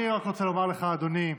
אני רק רוצה לומר לך, אדוני,